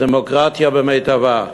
הדמוקרטיה במיטבה.